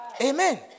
Amen